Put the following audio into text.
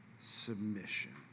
submission